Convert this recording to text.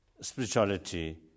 Spirituality